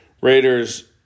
Raiders